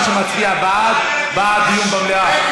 מי שמצביע בעד, בעד דיון במליאה.